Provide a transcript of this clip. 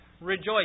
Rejoice